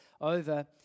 over